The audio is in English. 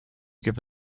give